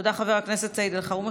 תודה, חבר הכנסת סעיד אלחרומי.